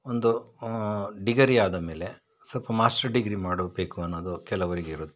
ಒಂದು ಡಿಗರಿ ಆದಮೇಲೆ ಸ್ವಲ್ಪ ಮಾಸ್ಟರ್ ಡಿಗ್ರಿ ಮಾಡಬೇಕು ಅನ್ನೋದು ಕೆಲವರಿಗೆ ಇರುತ್ತೆ